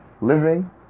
Living